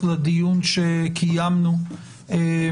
כ"ד בתשרי התשפ"ב,